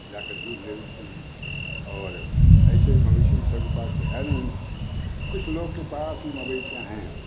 जा कर दूध ले लेते हैं और ऐसे ही मवेशी भी सभी के पास तो है नहीं कुछ लोग के पास ही मवेशियाँ हैं